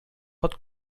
pot